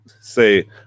say